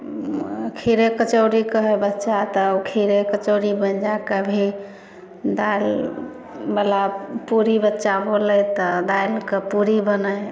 खीरे कचौरी कहै बच्चा तऽ खीरे कचौरी बनि जाइ कभी दालि बला पुरी बच्चा बोलै तऽ दालिके पुरी बनै